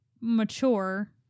mature